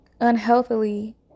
unhealthily